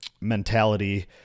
mentality